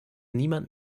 niemand